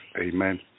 Amen